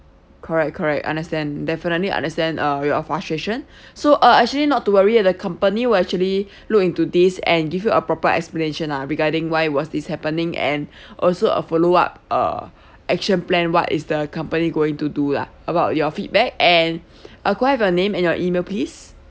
correct correct understand definitely understand uh your frustration so uh actually not to worry eh the company will actually look into this and give you a proper explanation lah regarding why was this happening and also a follow up uh action plan what is the company going to do lah about your feedback and uh could I have a name and your email please